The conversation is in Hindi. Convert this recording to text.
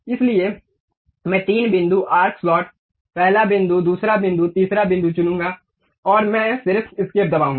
इसलिए मैं तीन बिंदु आर्क स्लॉट पहला बिंदु दूसरा बिंदु तीसरा बिंदु चुनूंगा और मैं सिर्फ एस्केप दबाऊंगा